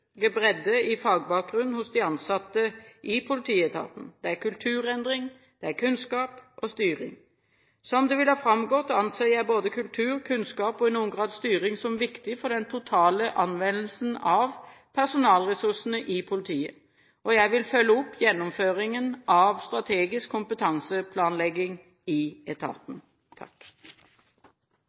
i fagbakgrunn hos de ansatte i politietaten: kulturendring, kunnskap og styring. Som det vil ha framgått, anser jeg både kultur, kunnskap og i noen grad styring som viktig for den totale anvendelsen av personalressursene i politiet, og jeg vil følge opp gjennomføringen av strategisk kompetanseplanlegging i etaten.